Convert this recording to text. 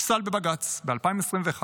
והאבסורד הוא שהחוק הזה נפסל בבג"ץ לפני שלוש שנים,